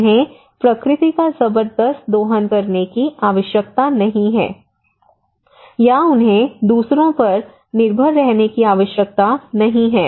उन्हें प्रकृति का जबरदस्त दोहन करने की आवश्यकता नहीं है या उन्हें दूसरों पर निर्भर रहने की आवश्यकता नहीं है